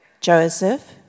Joseph